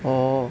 orh